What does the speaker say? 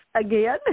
again